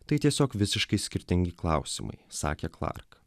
tai tiesiog visiškai skirtingi klausimai sakė klark